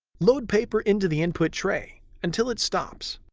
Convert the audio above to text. load paper into the input tray until it stops.